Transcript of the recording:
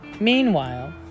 Meanwhile